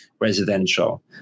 residential